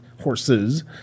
horses